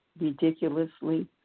ridiculously